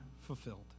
fulfilled